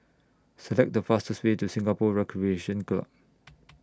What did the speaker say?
Select The fastest Way to Singapore Recreation Club